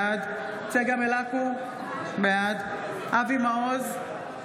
בעד צגה מלקו, בעד אבי מעוז,